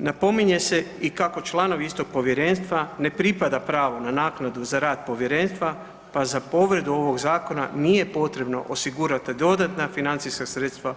Napominje se i kako članovi istog povjerenstva ne pripada pravo na naknadu za rad povjerenstva, pa za povredu ovog zakona nije potrebno osigurati dodatna financijska sredstva